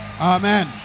Amen